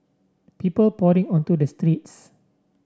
people pouring onto the streets